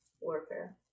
warfare